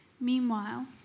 Meanwhile